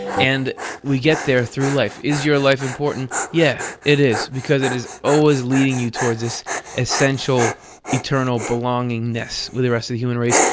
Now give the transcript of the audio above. and we get there through life. is your life important? yeah, it is, because it is always leading you towards this essential eternal belongingness with the rest of the human race.